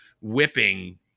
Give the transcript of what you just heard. whipping